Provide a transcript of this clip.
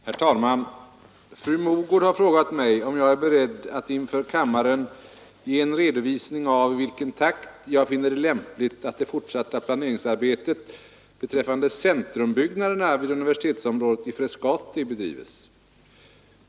Herr talman! Fru Mogård har frågat mig om jag är beredd att inför kammaren ge en redovisning av i vilken takt jag finner det lämpligt att det fortsatta planeringsarbetet beträffande centrumbyggnaderna vid universitetsområdet i Frescati bedrives.